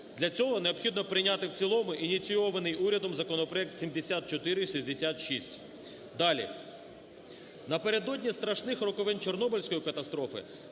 Для цього необхідно прийняти в цілому ініційований урядом законопроект 7466. Далі. Напередодні страшних роковин Чорнобильської катастрофи